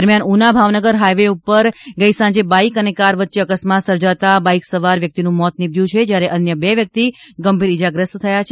દરમ્યાન ઉના ભાવનગર હાઈવે પર ગઈ સાંજે બાઈક અને કાર વચ્ચે અકસ્માત સર્જાતા બીક સવાર વ્યક્તિનું મોત નિપજ્યું છે જ્યારે અન્ય બે વ્યક્તિ ગંભીર ઈજાગ્રસ્ત થયા છે